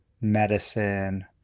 medicine